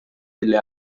delle